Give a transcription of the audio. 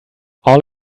all